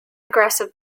aggressive